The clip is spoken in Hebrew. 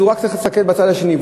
אז הוא רק צריך להסתכל בצד השני,